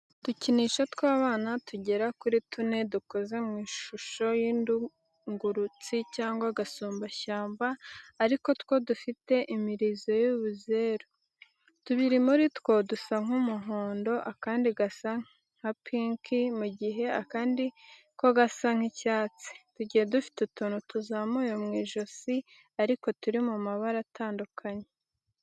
Udukinisho tw'abana tugera kuri tune dukoze mu ishusho y'indungurutsi cyangwa agasumbashyamba ariko two dufite imirizo y'ibizeru. Tubiri muri two dusa nk'umuhondo, akandi gasa nka pinki, mu gihe akandi ko gasa nk'icyatsi. Tugiye dufite utuntu tuzamuye ku ijosi ariko turi mu mabara atandukanye.